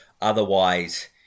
otherwise